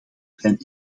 zijn